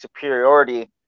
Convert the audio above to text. superiority